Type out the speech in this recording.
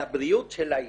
לבריאות של האישה.